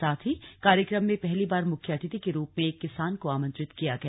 साथ ही कार्यक्रम में पहली बार मुख्य अतिथि के रूप में एक किसान को आमंत्रित किया गया